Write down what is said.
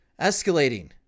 escalating